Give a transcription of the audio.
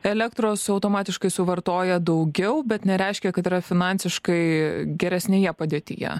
elektros automatiškai suvartoja daugiau bet nereiškia kad yra finansiškai geresnėje padėtyje